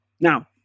now